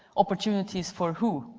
opportunities for who?